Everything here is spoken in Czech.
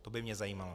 To by mě zajímalo.